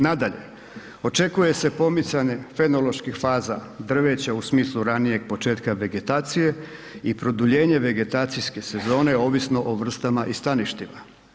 Nadalje, očekuje se pomicanje fenoloških faza drveća u smislu ranijeg početka vegetacije i produljenje vegetacijske sezone ovisno o vrstama i staništima.